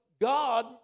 God